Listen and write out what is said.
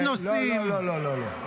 יש נושאים -- לא לא לא לא לא,